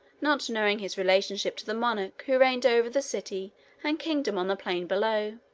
not knowing his relationship to the monarch who reigned over the city and kingdom on the plain below.